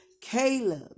Caleb